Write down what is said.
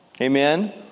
Amen